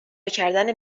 کردن